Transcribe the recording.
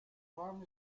farm